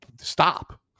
stop